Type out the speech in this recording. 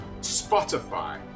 Spotify